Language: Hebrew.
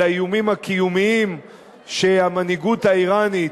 על האיומים הקיומיים שהמנהיגות האירנית,